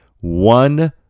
One